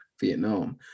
Vietnam